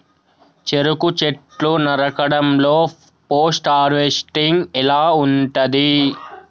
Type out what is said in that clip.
చెరుకు చెట్లు నరకడం లో పోస్ట్ హార్వెస్టింగ్ ఎలా ఉంటది?